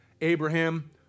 Abraham